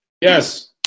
Yes